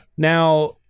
Now